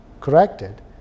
corrected